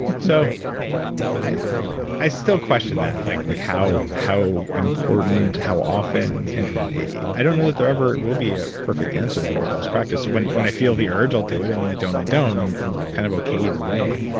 so i i still question that, like like how how important, how often, and i don't know that there ever will be a perfect answer to that or a best practice. when when i feel the urge i'll do it and when i don't i don't, and i'm kind of okay either way.